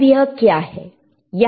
अब यह क्या है